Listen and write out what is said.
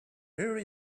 here